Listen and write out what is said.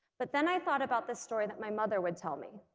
but then i thought about this story that my mother would tell me.